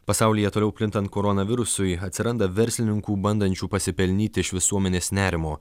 pasaulyje toliau plintant koronavirusui atsiranda verslininkų bandančių pasipelnyti iš visuomenės nerimo